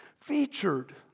featured